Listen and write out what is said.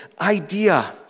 idea